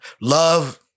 love